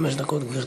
חמש דקות, גברתי.